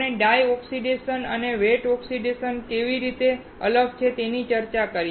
આપણે dry oxidation અને તે વેટ ઓક્સિડેશનથી કેવી રીતે અલગ છે તેની ચર્ચા કરી